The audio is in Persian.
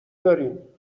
دارین